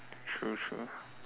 true true